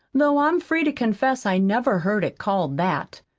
though i'm free to confess i never heard it called that.